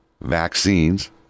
vaccines